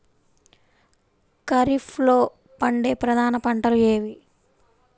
ఖరీఫ్లో పండే ప్రధాన పంటలు ఏవి?